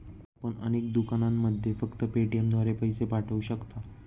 आपण अनेक दुकानांमध्ये फक्त पेटीएमद्वारे पैसे पाठवू शकता